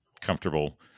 comfortable